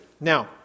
Now